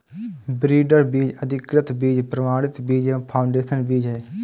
breeder बीज, अधिकृत बीज, प्रमाणित बीज व फाउंडेशन बीज है